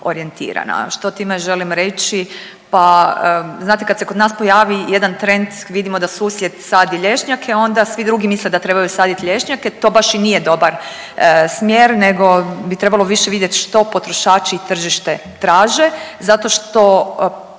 Što time želim reći, pa znate kad se kod nas pojavi jedan trend, vidimo da susjed sadi lješnjake, onda svi drugi misle da trebaju saditi lješnjake, to baš i nije dobar smjer nego bi trebalo više vidjeti što potrošači i tržište traže, zato što pitanje